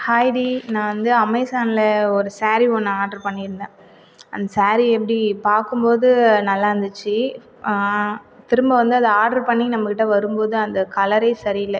hi டி நான் வந்து அமேசானில் ஒரு சாரீ ஒன்று ஆர்டரு பண்ணிருந்தேன் அந்த சாரீ எப்படி பார்க்கும் போது நல்லாருந்துச்சு திரும்ப வந்து அது ஆர்டரு பண்ணி நம்மகிட்ட வரும் போது அந்த கலரே சரி இல்லை